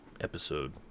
episode